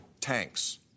tanks